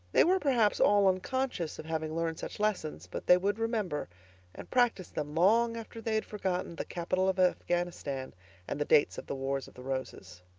they were, perhaps, all unconscious of having learned such lessons but they would remember and practice them long after they had forgotten the capital of afghanistan and the dates of the wars of the roses.